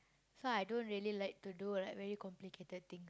so I don't really like to do like very complicated thing